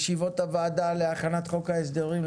--- ישיבות הוועדה להכנת חוק ההסדרים,